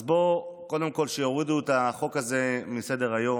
אז קודם כול שיורידו את החוק הזה מסדר-היום,